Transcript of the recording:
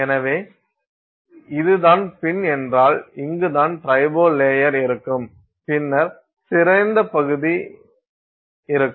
எனவே இது தான் பின் என்றால் இங்குதான் ட்ரிபோ லேயர் இருக்கும் பின்னர் சிதைந்த பகுதி இருக்கும்